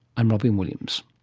i'm robyn williams